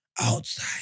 outside